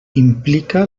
implica